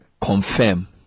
confirm